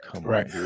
Right